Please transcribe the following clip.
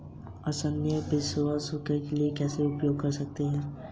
प्रतिसंहरणीय लाभार्थी और अप्रतिसंहरणीय लाभार्थी के बीच क्या अंतर है?